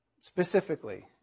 specifically